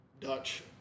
Dutch